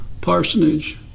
parsonage